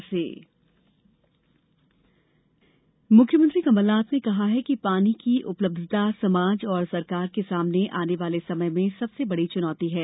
जल सम्मेलन मुख्यमंत्री कमलनाथ ने कहा है कि पानी की उपलब्धता समाज और सरकार के सामने आने वाले समय में सबसे बड़ी चुनौती है